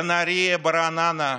בנהריה, ברעננה,